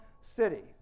city